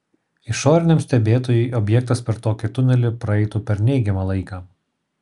išoriniam stebėtojui objektas per tokį tunelį praeitų per neigiamą laiką